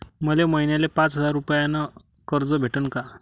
मले महिन्याले पाच हजार रुपयानं कर्ज भेटन का?